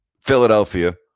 Philadelphia